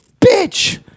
bitch